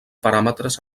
paràmetres